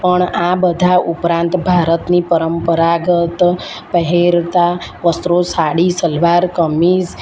પણ આ બધા ઉપરાંત ભારતની પરંપરાગત પહેરતાં વસ્ત્રો સાડી સલવાર કમીઝ